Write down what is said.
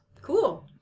cool